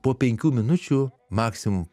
po penkių minučių maksimum